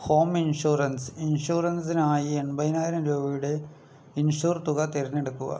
home insurance ഇൻഷുറൻസിനായി എമ്പതിനായിരം രൂപയുടെ ഇൻഷുർ തുക തിരഞ്ഞെടുക്കുക